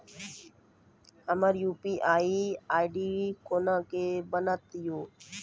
हमर UPI ID कोना के बनत यो?